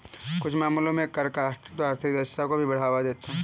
कुछ मामलों में कर का अस्तित्व आर्थिक दक्षता को भी बढ़ावा देता है